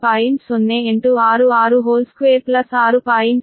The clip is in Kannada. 08662 6